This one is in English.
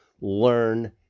learn